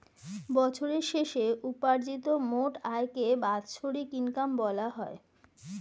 বছরের শেষে উপার্জিত মোট আয়কে বাৎসরিক ইনকাম বলা হয়